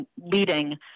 leading